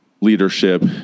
leadership